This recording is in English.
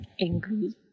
angry